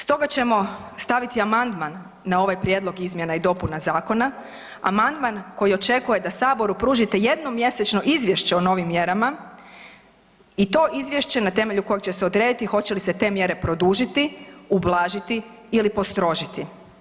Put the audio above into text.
Stoga ćemo staviti amandman na ovaj Prijedlog izmjena i dopuna Zakona, amandman koji očekuje da Saboru pružite jednom mjesečno izvješće o novim mjerama i to izvješće na temelju kojeg će se odrediti hoće li se te mjere produžiti, ublažiti ili postrožiti.